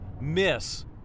miss